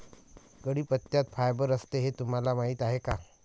कढीपत्त्यात फायबर असते हे तुम्हाला माहीत आहे का?